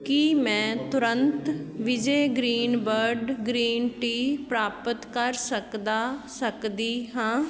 ਕੀ ਮੈਂ ਤੁਰੰਤ Vijay Greenbird green tea ਪ੍ਰਾਪਤ ਕਰ ਸਕਦਾ ਸਕਦੀ ਹਾਂ